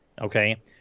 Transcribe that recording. Okay